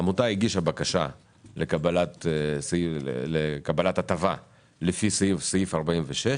שאם עמותה הגישה בקשה לקבלת הטבה לפי סעיף 46,